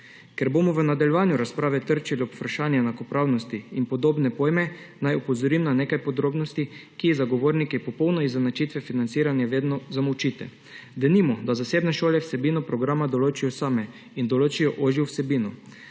Ker bomo v nadaljevanju razprave trčili ob vprašanje enakopravnosti in podobne pojme, naj opozorim na nekaj podrobnosti, ki jih zagovorniki popolne izenačitve financiranja vedno zamolčite. Denimo, da zasebne šole vsebino programa določijo same in določijo ožjo vsebino.